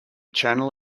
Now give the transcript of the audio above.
channel